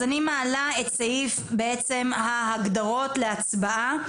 אז אני מעלה את סעיף ההגדרות להצבעה,